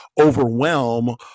overwhelm